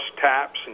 taps